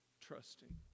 trusting